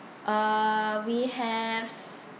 uh we have